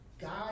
God